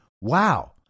wow